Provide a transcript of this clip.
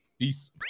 Peace